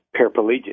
paraplegic